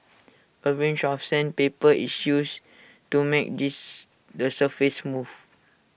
A range of sandpaper is used to make this the surface smooth